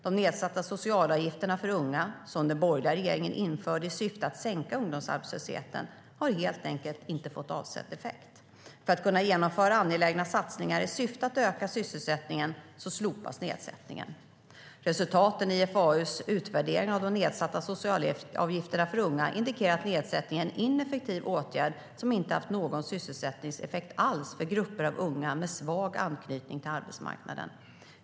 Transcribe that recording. De nedsatta socialavgifterna för unga, som den borgerliga regeringen införde i syfte att sänka ungdomsarbetslösheten, har helt enkelt inte fått avsedd effekt. För att kunna genomföra angelägna satsningar i syfte att öka sysselsättningen slopas nedsättningen. Resultaten i IFAU:s utvärdering av de nedsatta socialavgifterna för unga indikerar att nedsättningen är en ineffektiv åtgärd som inte har haft någon sysselsättningseffekt alls för grupper av unga med svag anknytning till arbetsmarknaden.